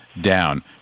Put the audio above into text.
down